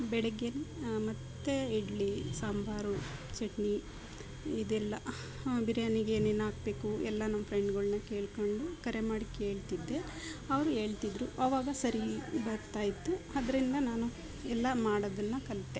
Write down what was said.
ಬೆಳಗ್ಗೆನೆ ಮತು ಇಡ್ಲಿ ಸಾಂಬಾರು ಚಟ್ನಿ ಇದೆಲ್ಲ ಬಿರ್ಯಾನಿಗೆ ಏನೇನು ಹಾಕ್ಬೇಕು ಎಲ್ಲಾ ನಮ್ಮ ಫ್ರೆಂಡ್ಗಳ್ನ ಕೇಳ್ಕೊಂಡು ಕರೆ ಮಾಡಿ ಕೇಳ್ತಿದ್ದೆ ಅವರು ಹೇಳ್ತಿದ್ರು ಆವಾಗ ಸರಿ ಹೋಗ್ತಾ ಇತ್ತು ಅದರಿಂದ ನಾನು ಎಲ್ಲ ಮಾಡೋದನ್ನ ಕಲಿತೆ